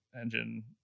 engine